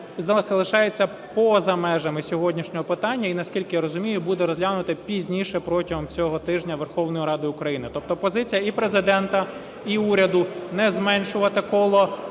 залишається поза межами сьогоднішнього питання і, наскільки я розумію, буде розглянуто пізніше, протягом цього тижня Верховною Радою України. Тобто позиція і Президента, і уряду: не зменшувати коло